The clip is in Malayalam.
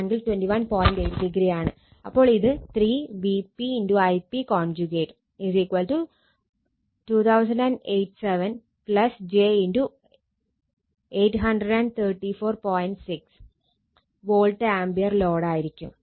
അപ്പോൾ ഇത് 3 Vp Ip വോൾട്ട് ആംപിയർ ലോഡായിരിക്കും